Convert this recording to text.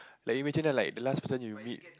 like imagine the like the last person you eat